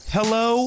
Hello